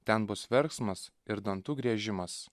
ten bus verksmas ir dantų griežimas